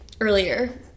earlier